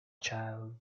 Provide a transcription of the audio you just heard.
child